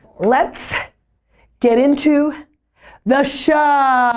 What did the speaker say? let's get into the show.